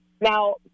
Now